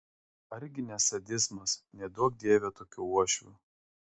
ar gi ne sadizmas neduok dieve tokių uošvių